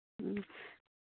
ᱦᱩᱸ